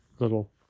little